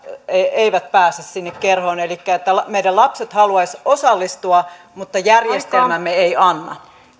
eivät pääse sinne kerhoon elikkä meidän lapsemme haluaisivat osallistua mutta järjestelmämme ei anna